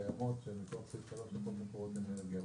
הקיימות שמכוח סעיף 3 לחוק מקורות אנרגיה.